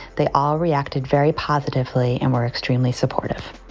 they all reacted very positively and we're extremely supportive